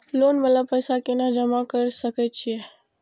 Loan वाला पैसा केना जमा कर सके छीये?